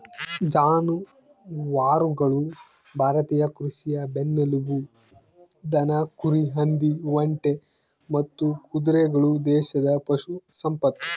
ಜಾನುವಾರುಗಳು ಭಾರತೀಯ ಕೃಷಿಯ ಬೆನ್ನೆಲುಬು ದನ ಕುರಿ ಹಂದಿ ಒಂಟೆ ಮತ್ತು ಕುದುರೆಗಳು ದೇಶದ ಪಶು ಸಂಪತ್ತು